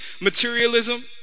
materialism